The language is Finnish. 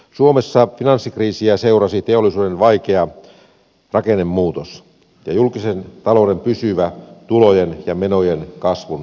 suomessa finanssikriisiä seurasi teollisuuden vaikea rakennemuutos ja julkisen talouden pysyvä tulojen ja menojen kasvun epätasapaino